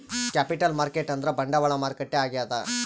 capital market ಅಂದ್ರ ಬಂಡವಾಳ ಮಾರುಕಟ್ಟೆ ಆಗ್ಯಾದ